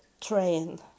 train